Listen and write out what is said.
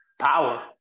power